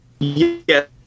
Yes